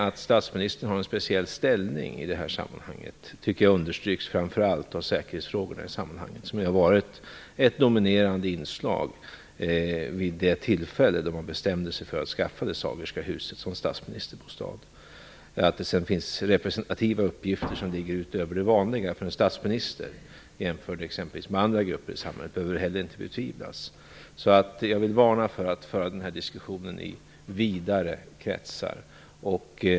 Att statsministern har en speciell ställning i det här sammanhanget tycker jag understryks framför allt av säkerhetsfrågorna, som ju var dominerande vid det tillfälle då man bestämde sig för att skaffa det Sagerska huset som statsministerbostad. Att det sedan finns representativa uppgifter som ligger utöver det vanliga för en statsminister jämfört med andra grupper i samhället behöver heller inte betvivlas. Jag vill varna för att föra den här diskussionen i vidare kretsar.